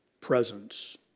presence